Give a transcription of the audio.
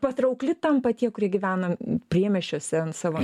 patraukli tampa tie kurie gyvena priemiesčiuose ant savo